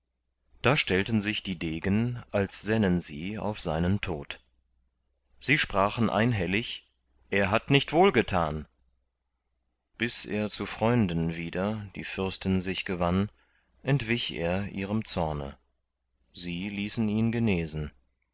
da stellten sich die degen als sännen sie auf seinen tod sie sprachen einhellig er hat nicht wohlgetan bis er zu freunden wieder die fürsten sich gewann entwich er ihrem zorne sie ließen ihn genesen